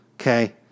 okay